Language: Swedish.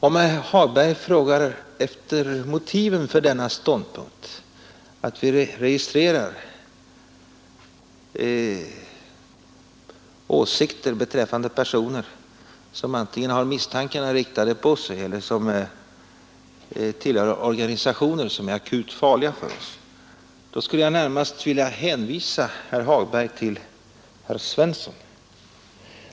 Om herr Hagberg frågar efter motiven för vår ståndpunkt att vilja registrera personer som antingen har misstankarna riktade på sig eller tillhör organisationer som är akut farliga för oss, skulle jag vilja hänvisa herr Hagberg till herr Svensson i Malmö.